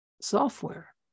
software